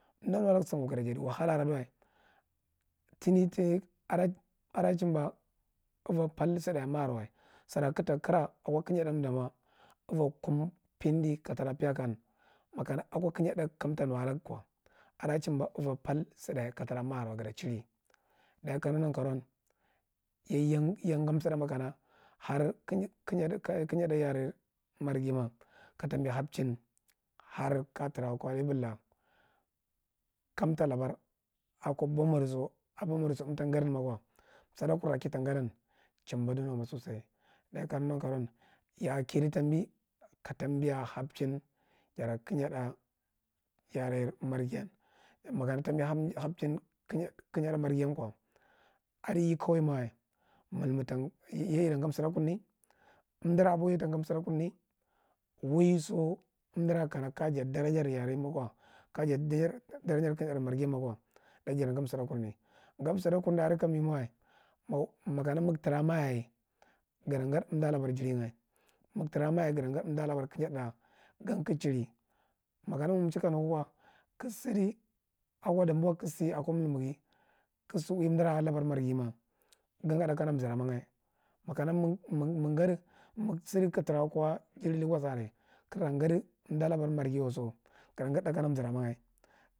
Thunda kurta sumo yadigadi wahala aduwa, time time ada, ada jumber uva parth guda makir wa, sira kaga takira a ko kiyad tharth da ma uva kum, pendi ka tra peyakan, ma kana ako kiyad thath kamta viuwa lagu ko, a da jumbe uva parth judda ka tra ko unakir wa ga ta chiri daye ka nenan karoumwan ya yan ga sudda ma kana har kimi kiyad tharth marghi ma ka tambi hapchin har ka ja tra ko bebil la kam ta labar abo madiso abo madiso ymta gadin mako sudda kura ki ta gadan jumber donoma sosai daye ka neghi nankaruwan ya akibi tambi ka tambi ya ka tambi hapchin jara kiyadd thirth ya are marghi yan, makana tambi hapchin kiyad thirth marghi yan ko, adi ye kawa ma wa, milmid tau yeye ita gadi suda kurne umdira aboheye ta yadi sudaa kurne waiso undira kana kaja jadi dara jar yare mako kaja jadi dara jar kiyad marghi mako daye ja ta gadi suda kurne ga suda kwune adi ka me mae wa magu tra mayaye gata gachi umda labar juriya, ma ga tra mayaye gata jadi kiyadra gan kagu chiri, maka magun chai kaneghi ko kagu sidu ako damboa kagu si a milmilghi ma ka si udi unda labar marghi ma gata gadi thath kana umzira maga ma ga ta gadi rha gu sidi ka tra gwazama ka ara njadi umda labar marghi waso ga ta gadi thirth kana umtirama.